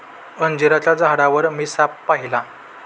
अंजिराच्या झाडावर मी साप पाहिला